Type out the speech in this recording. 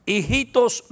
Hijitos